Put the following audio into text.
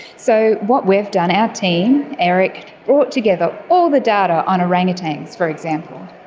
so what we've done, our team, erik brought together all the data on orangutans, for example,